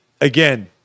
again